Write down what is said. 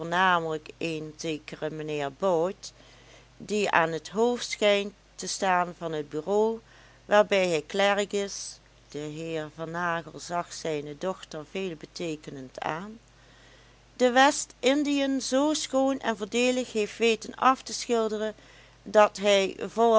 een zekere mijnheer bout die aan het hoofd schijnt te staan van het bureau waarbij hij klerk is de heer van nagel zag zijne dochter veelbeteekenend aan de west-indiën zoo schoon en voordeelig heeft weten af te schilderen dat hij